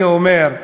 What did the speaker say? אני אומר,